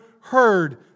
heard